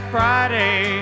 Friday